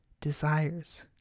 desires